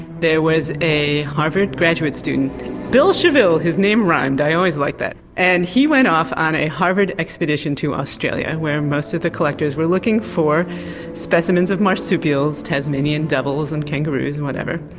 there was a harvard graduate student bill scheville, his name rhymed, i always liked that and he went off on a harvard expedition to australia where most of the collectors were looking for specimens of marsupials tasmanian devils, and kangaroos and whatever.